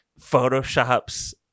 photoshops